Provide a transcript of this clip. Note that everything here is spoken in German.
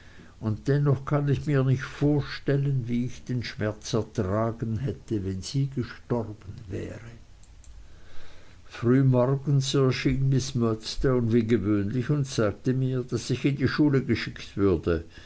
und dennoch kann ich mir nicht vorstellen wie ich den schmerz ertragen hätte wenn sie gestorben wäre frühmorgens erschien miß murdstone wie gewöhnlich und sagte mir daß ich in die schule geschickt würde